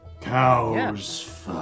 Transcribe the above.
Cows